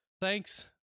Thanks